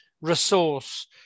resource